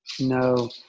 no